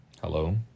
Hello